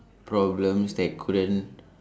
problems that couldn't